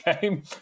game